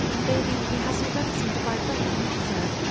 maybe he has not anything to buy bread for mother?